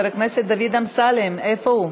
אוקיי.